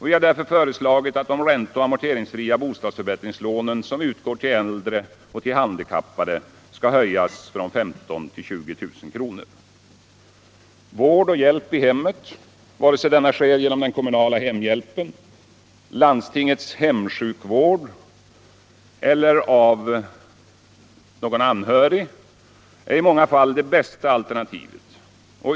Vi har därför föreslagit att de ränte och amorteringsfria bostadsförbättringslånen som utgår till äldre och till handikappade skall höjas från 15 000 kr. till 20000 kr. Vård och hjälp i hemmet, vare sig den ges genom den kommunala hemhjälpen, landstingets hemsjukvård eller av någon anhörig, är i många fall det bästa alternativet.